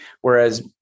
Whereas